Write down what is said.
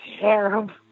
terrible